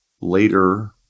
Later